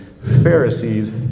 Pharisees